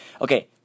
Okay